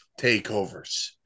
takeovers